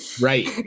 right